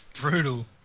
Brutal